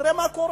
תראה מה קורה.